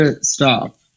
Stop